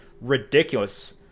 ridiculous